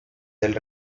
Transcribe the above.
del